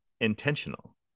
Intentional